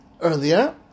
Earlier